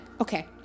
Okay